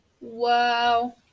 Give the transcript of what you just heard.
Wow